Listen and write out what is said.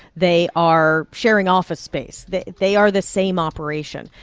they are sharing office space. they they are the same operation.